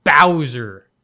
bowser